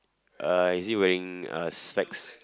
uh is he wearing a specs